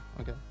okay